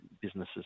businesses